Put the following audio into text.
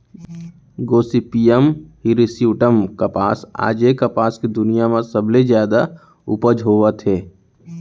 Gossypium hirsutum कपसा आज ए कपसा के दुनिया म सबले जादा उपज होवत हे